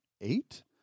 eight